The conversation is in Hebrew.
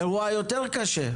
זה אירוע יותר קשה.